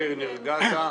מאיר שמש, נרגעת?